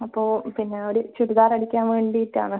അപ്പോൾ പിന്നെ ഒരു ചുരിദാർ അടിക്കാന് വേണ്ടിയിട്ടാണ്